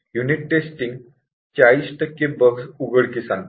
unit testing ४० टक्के bugs उघडकीस आणते